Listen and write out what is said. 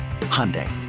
Hyundai